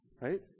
Right